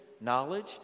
knowledge